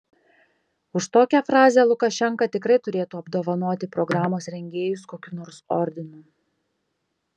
už tokią frazę lukašenka tikrai turėtų apdovanoti programos rengėjus kokiu nors ordinu